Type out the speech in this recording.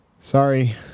Sorry